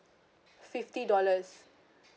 fifty dollars